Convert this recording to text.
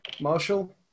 Marshall